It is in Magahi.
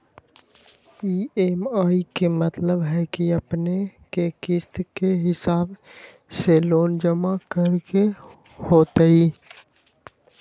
ई.एम.आई के मतलब है कि अपने के किस्त के हिसाब से लोन जमा करे के होतेई?